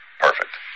perfect